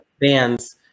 bands